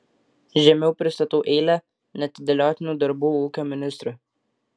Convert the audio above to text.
žemiau pristatau eilę neatidėliotinų darbų ūkio ministrui